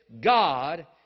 God